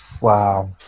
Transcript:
wow